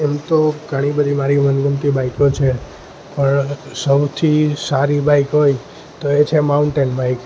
એમ તો ઘણી બધી મારી મનગમતી બાઈકો છે પણ સૌથી સારી બાઈક હોય તો એ છે માઉન્ટેન બાઈક